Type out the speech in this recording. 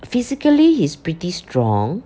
physically he's pretty strong